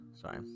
sorry